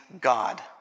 God